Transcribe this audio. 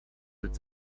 its